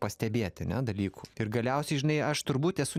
pastebėti ane dalykų ir galiausiai žinai aš turbūt esu